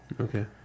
Okay